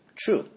True